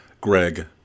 Greg